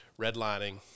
Redlining